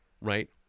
right